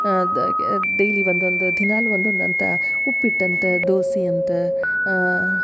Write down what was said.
ಅದು ಡೈಲಿ ಒಂದು ಒಂದು ದಿನಾಗಲು ಒಂದು ಒಂದು ಅಂತ ಉಪ್ಪಿಟ್ಟು ಅಂತ ದೋಸಿ ಅಂತ